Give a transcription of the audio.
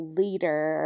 leader